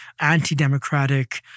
anti-democratic